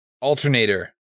Alternator